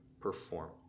perform